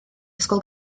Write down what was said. ysgol